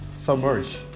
submerge